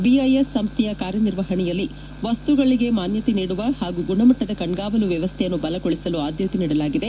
BIS ಸಂಸ್ವೆಯ ಕಾರ್ಯನಿರ್ವಹಣೆಯಲ್ಲಿ ವಸ್ತುಗಳಿಗೆ ಮಾನ್ವತೆ ನೀಡುವ ಪಾಗೂ ಗುಣಮಟ್ಟದ ಕಣ್ಗಾವಲು ವ್ಯವಸ್ಥೆಯನ್ನು ಬಲಗೊಳಿಸಲು ಆದ್ಯತೆ ನೀಡಲಾಗಿದೆ